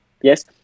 Yes